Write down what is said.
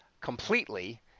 completely